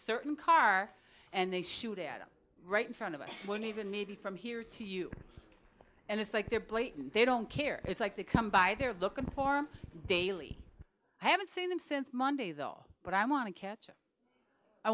certain car and they shoot at him right in front of us one even maybe from here to you and it's like they're blatant they don't care it's like they come by they're looking for daily i haven't seen him since monday though but i want to catch him i